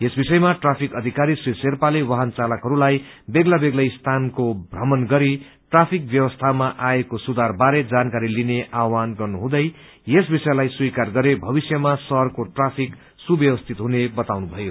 यस विषयमा ट्राफिक अधिकारी श्री शेर्पाले वाहन चालकहरूलाई बेग्ला बेग्लै स्थानको भ्रमण गरी ट्राफिक व्यवस्थामा आएको सुधार बारे जानकारी लिने आह्वान गर्नुहुँदै यस विषयलाई स्वीकार गरे भविष्यमा शहरको ट्राफिक सुव्यवस्थित हुने बताउनु भयो